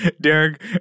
Derek